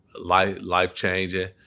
life-changing